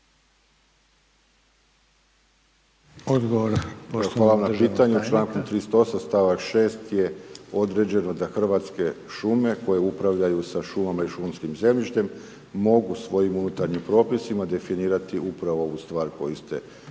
Ivica** Hvala na pitanju. U članku 38. stavak 6. je određeno da Hrvatske šume koje upravljaju sa šumama i šumskim zemljištem mogu svojim unutarnjim propisima definirati upravo ovu stvar koju ste i